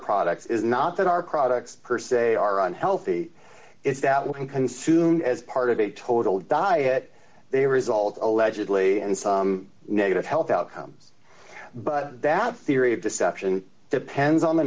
products is not that our products per se are unhealthy is that we can consume as part of a total diet they result of allegedly and some negative health outcomes but that theory of deception depends on the